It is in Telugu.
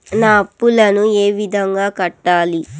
నా అప్పులను ఏ విధంగా కట్టాలి?